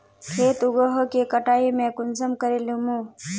खेत उगोहो के कटाई में कुंसम करे लेमु?